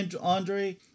Andre